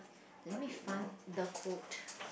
let me find the quote